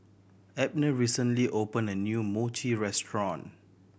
Abner recently opened a new Mochi restaurant